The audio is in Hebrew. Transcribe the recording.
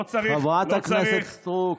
לא צריך, חברת הכנסת סטרוק.